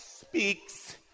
speaks